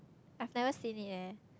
I've never seen it leh